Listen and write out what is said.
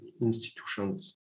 institutions